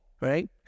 right